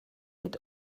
mit